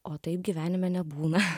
o taip gyvenime nebūna